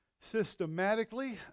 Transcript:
systematically